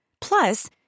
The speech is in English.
Plus